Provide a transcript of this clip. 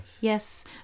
Yes